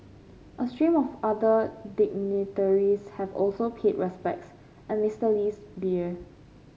a stream of other dignitaries have also pig respects at Mister Lee's bier